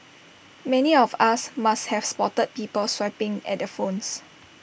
many of us must have spotted people swiping at their phones